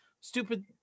stupid